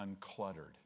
uncluttered